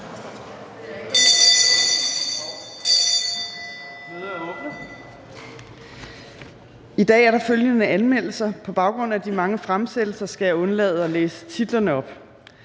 I dag er der følgende anmeldelser, og på baggrund af de mange fremsættelser skal jeg undlade at læse titlerne op: